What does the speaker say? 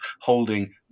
holding